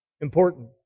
important